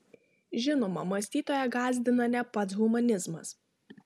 žinoma mąstytoją gąsdina ne pats humanizmas